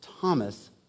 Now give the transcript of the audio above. Thomas